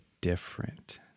different